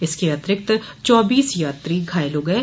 इसके अतिरिक्त चौबीस यात्री घायल हो गये